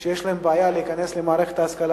אלה שיש להם בעיה להיכנס למערכת ההשכלה